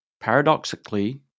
paradoxically